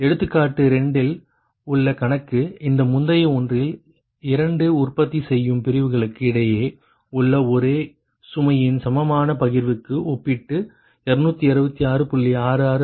எடுத்துக்காட்டு 2 இல் உள்ள கணக்கு இந்த முந்தைய ஒன்றில் இரண்டு உற்பத்தி செய்யும் பிரிவுகளுக்கு இடையே உள்ள ஒரே சுமையின் சமமான பகிர்வுக்கு ஒப்பிட்டு 266